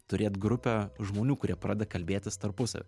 turėt grupę žmonių kurie pradeda kalbėtis tarpusavy